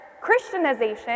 Christianization